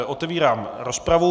Otevírám rozpravu.